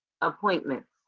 appointments